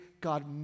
God